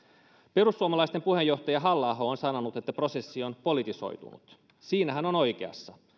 perussuomalaisten puheenjohtaja halla aho on sanonut että prosessi on politisoitunut siinä hän on oikeassa